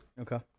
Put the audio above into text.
Okay